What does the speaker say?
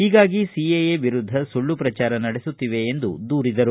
ಹೀಗಾಗಿ ಸಿಎಎ ವಿರುದ್ಧ ಸುಳ್ಳು ಪ್ರಚಾರ ನಡೆಸುತ್ತಿವೆ ಎಂದು ದೂರಿದರು